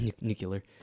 Nuclear